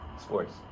sports